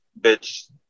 bitch